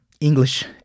English